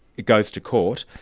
it goes to court,